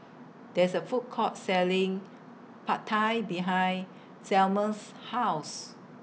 There IS A Food Court Selling Pad Thai behind Selmer's House